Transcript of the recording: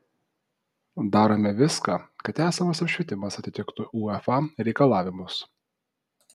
darome viską kad esamas apšvietimas atitiktų uefa reikalavimus